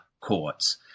courts